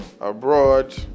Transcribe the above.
Abroad